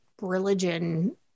religion